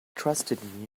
trusted